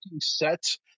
sets